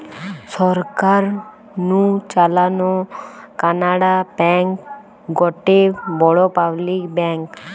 সরকার নু চালানো কানাড়া ব্যাঙ্ক গটে বড় পাবলিক ব্যাঙ্ক